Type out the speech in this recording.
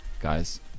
Guys